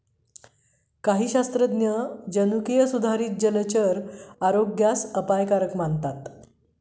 काही शास्त्रज्ञ जनुकीय सुधारित जलचर आरोग्यास अपायकारक मानतात